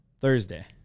Thursday